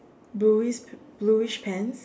bluish bluish pants